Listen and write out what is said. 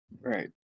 right